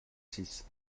six